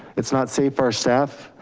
it's not safe our staff.